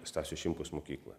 stasio šimkaus mokykloj